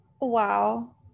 wow